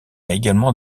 également